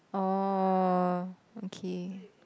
orh okay